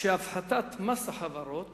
שהפחתת מס החברות